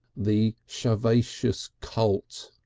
the shoveacious cult.